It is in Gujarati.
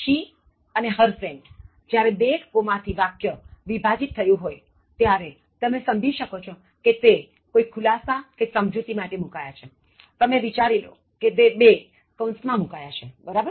She અને her friend જ્યારે બે કોમાથી વાક્ય વિભાજીત થયું હોય ત્યારે તમે સમજી શકો છો કે તે કોઇ ખુલાસા કે સમજુતિ માટે મૂકાયા છેતમે વિચારી લો કે તે બે કૌંસ માં મૂકાયા છેબરાબર